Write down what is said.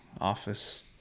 office